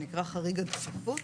שנקרא חריג הדחיפות,